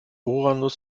uranus